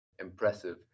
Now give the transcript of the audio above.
impressive